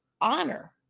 honor